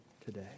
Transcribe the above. today